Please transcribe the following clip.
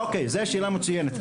אוקיי, זו נקודה מצוינת.